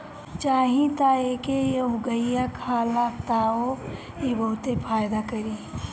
चाही त एके एहुंगईया खा ल तबो इ बहुते फायदा करी